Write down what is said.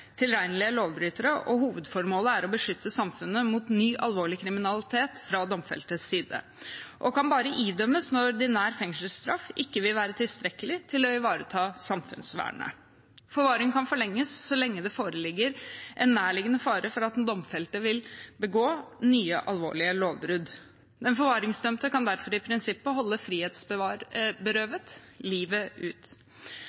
tilregnelige lovbrytere. Hovedformålet er å beskytte samfunnet mot ny alvorlig kriminalitet fra domfeltes side og kan bare idømmes når ordinær fengselsstraff ikke vil være tilstrekkelig til å ivareta samfunnsvernet. Forvaring kan forlenges så lenge det foreligger en nærliggende fare for at den domfelte vil begå nye alvorlige lovbrudd. Den forvaringsdømte kan derfor i prinsippet